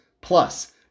Plus